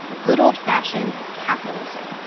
good old-fashioned capitalism.